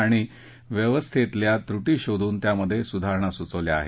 आणि व्यवस्थेतल्या त्रुटी शोधून त्यात सुधारणा सुचवल्या आहेत